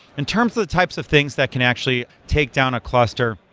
in terms of the types of things that can actually take down a cluster,